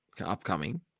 upcoming